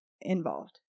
involved